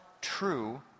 true